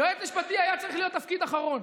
יועץ משפטי היה צריך להיות תפקיד אחרון,